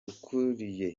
ukuriye